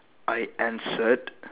I answered